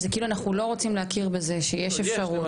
זה כאלו אנחנו לא רוצים להכיר בזה שיש אפשרות.